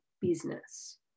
business